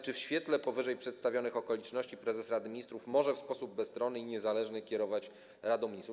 Czy w świetle powyżej przedstawionych okoliczności prezes Rady Ministrów może w sposób bezstronny i niezależny kierować Radą Ministrów?